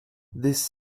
this